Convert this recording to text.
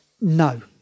No